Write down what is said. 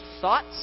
thoughts